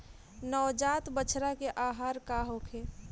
नवजात बछड़ा के आहार का होखे?